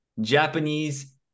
Japanese